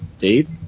Dave